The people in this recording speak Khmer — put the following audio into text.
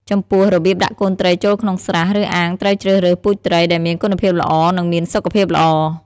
ចំពោះរបៀបដាក់កូនត្រីចូលក្នុងស្រះ ឬអាងត្រូវជ្រើសរើស ពូជត្រី ដែលមានគុណភាពល្អ និងមានសុខភាពល្អ។